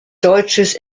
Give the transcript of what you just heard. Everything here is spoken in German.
deutsches